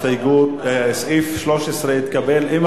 אנחנו מצביעים על סעיף 13, כולל